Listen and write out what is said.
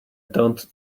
dont